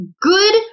good